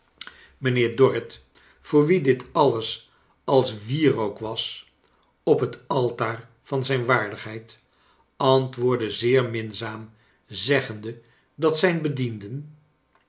mijnheer dorrit voor wien dit alles als wierook was op het altaar van zijn waardigheid antwoordde zeer minzaam zeggende dat zijn bedienden